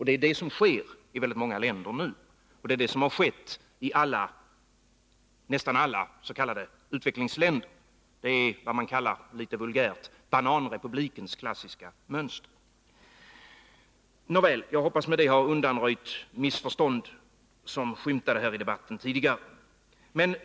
Det är det som sker i många länder nu, och det är det som har skett i nästan alla s.k. utvecklingsländer. Det är det klassiska mönstret för vad man litet vulgärt kallar bananrepubliker. Jag hoppas att jag med detta har undanröjt missförstånd som har skymtat här i debatten.